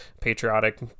patriotic